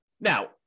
Now